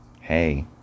Hey